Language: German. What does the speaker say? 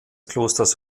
klosters